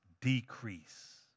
decrease